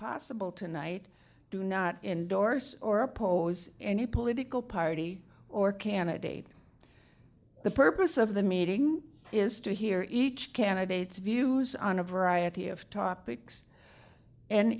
possible tonight do not endorse or oppose any political party or candidate the purpose of the meeting is to hear each candidate's views on a variety of topics and